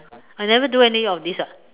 I never do any of this [what]